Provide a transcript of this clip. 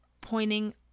pointing